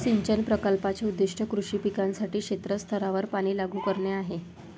सिंचन प्रकल्पाचे उद्दीष्ट कृषी पिकांसाठी क्षेत्र स्तरावर पाणी लागू करणे आहे